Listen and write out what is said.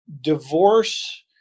divorce